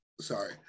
sorry